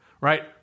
right